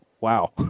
wow